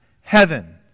heaven